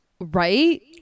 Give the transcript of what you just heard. Right